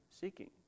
seeking